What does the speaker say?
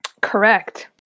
Correct